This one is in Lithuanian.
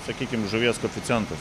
sakykim žuvies koeficientas